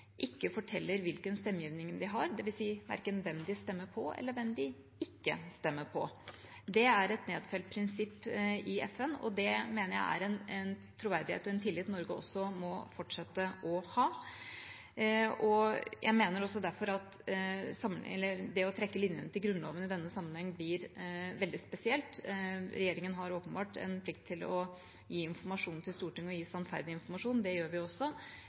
ikke forteller hvilken stemmegivning de har, dvs. verken hvem de stemmer på, eller hvem de ikke stemmer på. Det er et nedfelt prinsipp i FN, og det mener jeg er en troverdighet og tillit Norge også må fortsette å ha. Jeg mener derfor at det å trekke linjene til Grunnloven i denne sammenheng blir veldig spesielt. Regjeringa har åpenbart en plikt til å gi informasjon til Stortinget og til å gi sannferdig informasjon. Det gjør vi også.